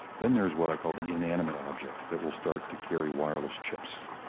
then there's what i call the inanimate objects that will start to carry wireless chips.